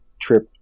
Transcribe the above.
trip